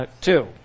two